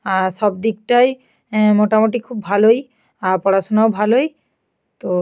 আর সব দিকটাই মোটামোটি খুব ভালোই পড়াশুনাও ভালোই তো